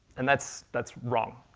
and that's that's wrong.